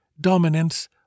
dominance